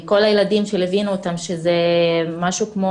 כל הילדים שליווינו אותם שזה משהו כמו